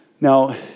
Now